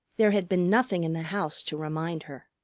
there had been nothing in the house to remind her.